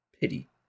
pity